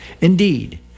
Indeed